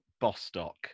Bostock